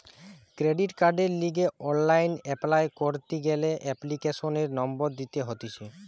credit কার্ডের লিগে online apply করতি গ্যালে এপ্লিকেশনের নম্বর দিতে হতিছে